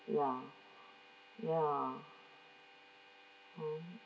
ya ya mm